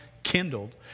Kindled